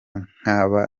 nk’aba